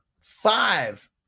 five